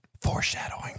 Foreshadowing